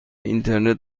اینترنت